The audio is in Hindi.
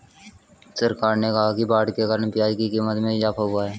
सरकार ने कहा कि बाढ़ के कारण प्याज़ की क़ीमत में इजाफ़ा हुआ है